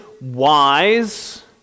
wise